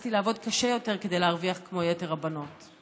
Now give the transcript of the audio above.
ונאלצתי לעבוד קשה יותר כדי להרוויח כמו יתר הבנות.